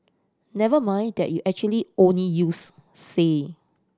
never mind that you actually only use say